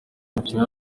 umukinnyi